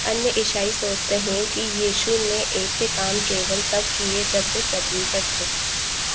अन्य ईसाई सोचते हैं कि यीशु ने ऐसे काम केवल तब किए जब वे पृथ्वी पर थे